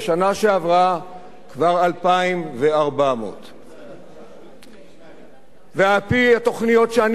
כבר 2,400. ועל-פי התוכניות שאני חושב שהן נכונות,